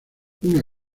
una